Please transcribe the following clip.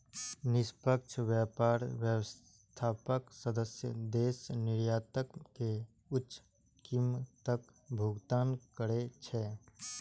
निष्पक्ष व्यापार व्यवस्थाक सदस्य देश निर्यातक कें उच्च कीमतक भुगतान करै छै